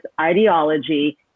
ideology